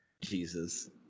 jesus